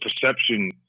perception